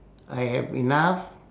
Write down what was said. I have enough